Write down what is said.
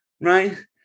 right